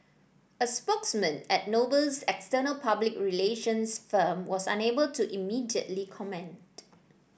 a spokesman at Noble's external public relations firm was unable to immediately comment